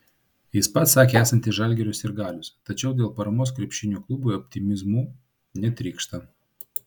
jis pats sakė esantis žalgirio sirgalius tačiau dėl paramos krepšinio klubui optimizmu netrykšta